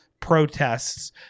protests